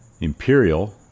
Imperial